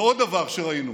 ועוד דבר שראינו,